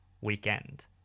weekend